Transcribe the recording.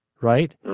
right